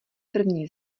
první